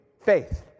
faith